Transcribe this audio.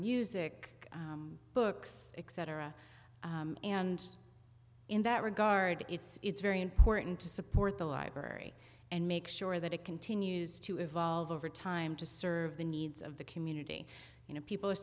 music books etc and in that regard it's very important to support the library and make sure that it continues to evolve over time to serve the needs of the community you know people are